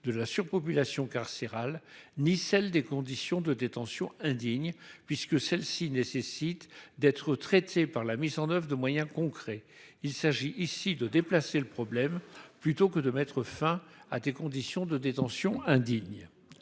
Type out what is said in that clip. de la surpopulation carcérale ni celle des conditions de détention indignes, puisque celles-ci nécessitent d'être traitées par la mise en oeuvre de moyens concrets. Le texte déplace le problème plus qu'il ne met fin à des conditions de détention indignes.